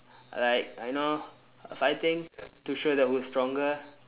like I know fighting to show that who's stronger